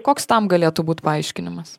koks tam galėtų būt paaiškinimas